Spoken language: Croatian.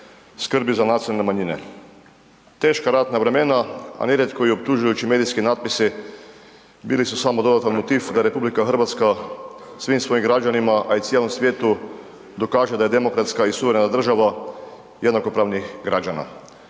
skrbi za nacionalne manjine. Teška ratna vremena a nerijetko i optužujući medijski natpisi bili su samo dodatni motiv da RH svim svojim građanima a i cijelom svijetu dokaže da je demokratska i suverena država jednakopravnih građana.